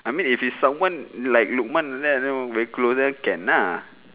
I mean if it's someone like lukman like that you know very close then can ah